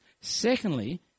Secondly